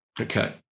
Okay